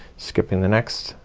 skipping the next,